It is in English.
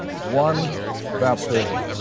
one baptism,